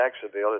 Jacksonville